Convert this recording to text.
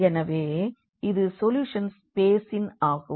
எனவே இது சொல்யூஷன் ஸ்பேசின் ஆகும்